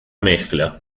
mezcla